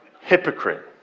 Hypocrite